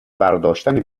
برداشتن